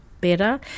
better